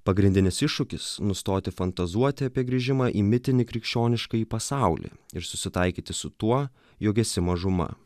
pagrindinis iššūkis nustoti fantazuoti apie grįžimą į mitinį krikščioniškąjį pasaulį ir susitaikyti su tuo jog esi mažuma